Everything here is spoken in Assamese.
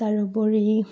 তাৰোপৰি